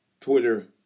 Twitter